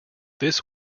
this